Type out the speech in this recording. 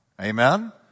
Amen